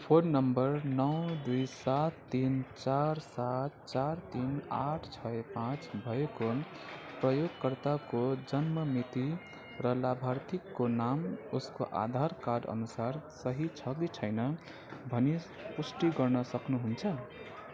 phone number नौ दुई सात तिन चार सात चार तिन आठ छ पाँच भएको प्रयोगकर्ताको जन्म मिति र लाभार्थीको नाम उसको आधार कार्ड अनुसार सही छ कि छैन भनी पुष्टि गर्न सक्नुहुन्छ